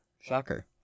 Shocker